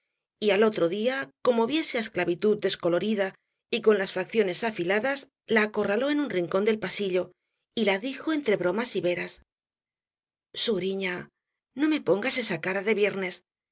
y al otro día como viese á esclavitud descolorida y con las facciones afiladas la acorraló en un rincón del pasillo y la dijo entre bromas y veras suriña no me pongas esa cara de viernes